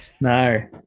No